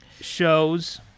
shows